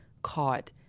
caught